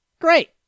Great